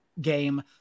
game